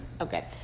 Okay